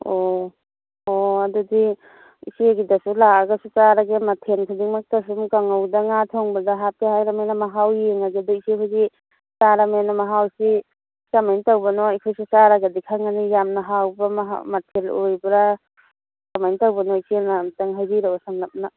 ꯑꯣ ꯑꯣ ꯑꯗꯨꯗꯤ ꯏꯆꯦꯒꯤꯗꯁꯨ ꯂꯥꯛꯑꯒꯁꯨ ꯆꯥꯔꯒꯦ ꯃꯊꯦꯜ ꯈꯨꯗꯤꯡꯃꯛꯇꯁꯨ ꯀꯥꯡꯍꯧꯗ ꯉꯥ ꯊꯣꯡꯕꯗ ꯍꯥꯞꯄꯦ ꯍꯥꯏꯔꯕꯅꯤꯅ ꯃꯍꯥꯎ ꯌꯦꯡꯉꯒꯦ ꯑꯗꯨ ꯏꯆꯦ ꯍꯣꯏꯗꯤ ꯆꯥꯔꯕꯅꯤꯅ ꯃꯍꯥꯎꯁꯤ ꯀꯃꯥꯏꯅ ꯇꯧꯕꯅꯣ ꯑꯩꯈꯣꯏꯁꯨ ꯆꯥꯔꯒꯗꯤ ꯈꯪꯉꯅꯤ ꯌꯥꯝ ꯍꯥꯎꯕ ꯃꯍꯥꯎ ꯃꯊꯦꯜ ꯑꯣꯏꯕ꯭ꯔꯥ ꯀꯃꯥꯏꯅ ꯇꯧꯕꯅꯣ ꯏꯆꯦꯅ ꯑꯝꯇ ꯍꯥꯏꯕꯤꯔꯛꯑꯣ ꯁꯝꯂꯞꯅ